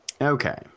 Okay